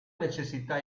necessità